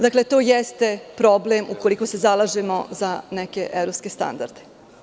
Dakle, to jeste problem ukoliko se zalažemo za neke evropske standarde.